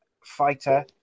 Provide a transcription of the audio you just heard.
fighter